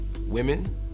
women